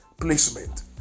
placement